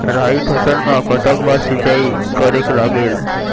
राई फसल मा कतक बार सिचाई करेक लागेल?